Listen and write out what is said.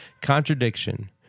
contradiction